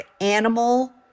animal